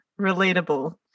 relatable